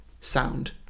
sound